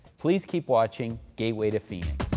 please keep watching gateway to phoenix.